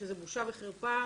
שזה בושה וחרפה,